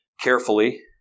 carefully